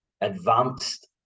advanced